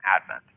Advent